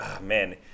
man